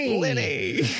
lenny